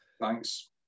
Thanks